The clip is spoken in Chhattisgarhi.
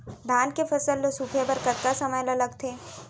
धान के फसल ल सूखे बर कतका समय ल लगथे?